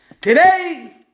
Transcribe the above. Today